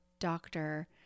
doctor